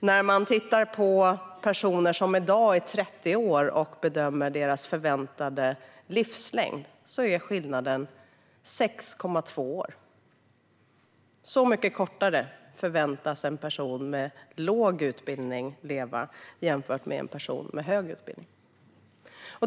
När man bedömer den förväntade livslängden hos personer som i dag är 30 år är skillnaden 6,2 år. Så mycket kortare förväntas en person med låg utbildning leva jämfört med en person med hög utbildning.